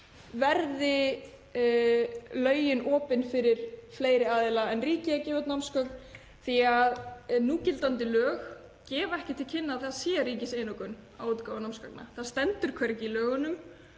verði lögin opin fyrir fleiri aðila en ríkið að gefa út námsgögn. Núgildandi lög gefa ekki til kynna að það sé ríkiseinokun á útgáfu námsgagna, það stendur hvergi í lögunum